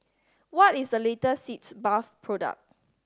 what is the latest Sitz Bath product